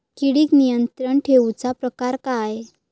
किडिक नियंत्रण ठेवुचा प्रकार काय?